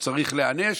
הוא צריך להיענש.